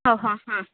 ಓ ಹಾಂ ಹಾಂ